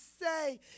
say